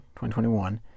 2021